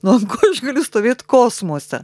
nu ant ko aš galiu stovėt kosmose